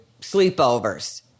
sleepovers